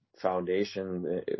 foundation